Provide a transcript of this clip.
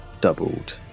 doubled